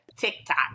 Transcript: TikTok